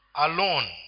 Alone